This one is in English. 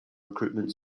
recruitment